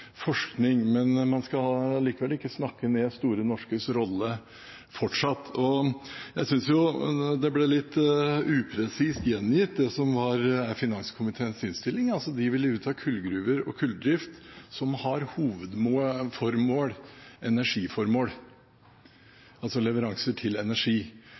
forskning, men man skal likevel ikke snakke ned Store Norskes rolle fortsatt. Jeg synes finanskomiteens innstilling om oljefondet ble litt upresist gjengitt. Der står det at man vil ut av «gruveselskaper og kraftprodusenter som har en vesentlig del av sin virksomhet knyttet til kull som brukes til energiformål» – altså leveranser til energi.